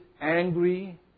angry